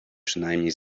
przynajmniej